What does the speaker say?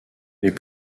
les